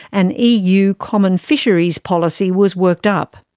an eu common fisheries policy was worked up.